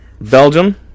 Belgium